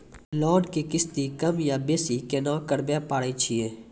Loan के किस्ती कम या बेसी केना करबै पारे छियै?